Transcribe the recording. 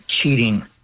cheating